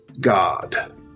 God